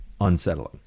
unsettling